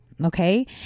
Okay